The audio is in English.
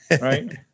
right